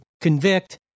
convict